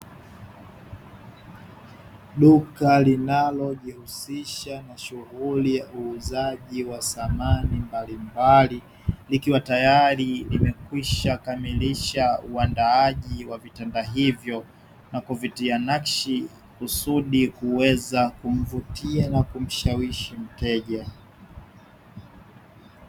Duka linalojihusisha na uuzaji a samani mbalimbali, likiwa tayari limekwisha kamilisha uandaaji wa vitanda hivyo na kuvitia nakshi, kusudi kuweza kumvutia na kumshawishi mteja.